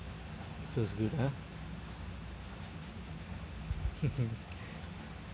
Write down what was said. so it's good !huh!